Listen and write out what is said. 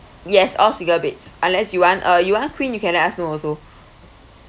yes all single beds unless you want uh you want queen you can let us know also